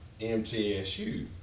MTSU